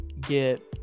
get